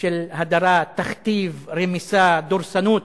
של הדרה, תכתיב, רמיסה, דורסנות.